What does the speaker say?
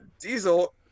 Diesel